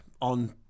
on